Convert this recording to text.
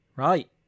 right